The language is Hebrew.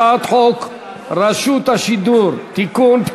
הצעת חוק רשות השידור (תיקון,